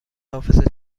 حافظه